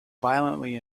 violently